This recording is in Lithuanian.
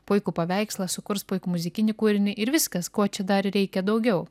puikų paveikslą sukurs puikų muzikinį kūrinį ir viskas ko čia dar reikia daugiau